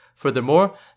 Furthermore